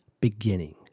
beginning